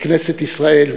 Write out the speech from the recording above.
לכנסת ישראל,